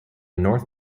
north